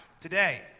today